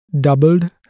doubled